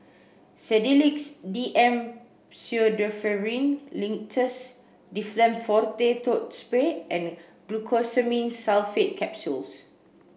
Sedilix D M Pseudoephrine Linctus Difflam Forte Throat Spray and Glucosamine Sulfate Capsules